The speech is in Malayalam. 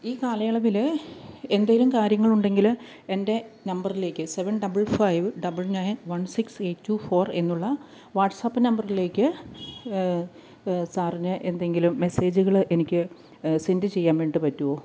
ഈ കാലയളവില് എന്തേലും കാര്യങ്ങളുണ്ടെങ്കില് എൻ്റെ നമ്പറിലേക്ക് seven double five double nine one six eight to four എന്നുള്ള വാട്ട്സാപ്പ് നമ്പറിലേക്ക് സാറിന് എന്തെങ്കിലും മെസ്സേജുകള് എനിക്ക് സെന്റ് ചെയ്യാൻവേണ്ടി പറ്റുമോ